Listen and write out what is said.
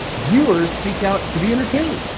viewers seek out to be entertained.